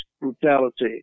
brutality